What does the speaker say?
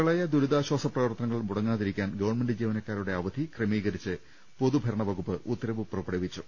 പ്രളയ ദുരിതാശാസ പ്രവർത്തനങ്ങൾ മുടങ്ങാതിരിക്കാൻ ഗവൺമെന്റ് ജീവനക്കാരുടെ അവധി ക്രമീകരിച്ച് പൊതുഭ രണവകുപ്പ് ഉത്തരവ് പുറപ്പെടുവിച്ചു